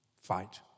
fight